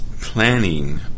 planning